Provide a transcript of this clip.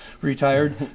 Retired